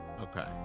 okay